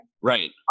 Right